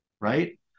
right